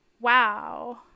Wow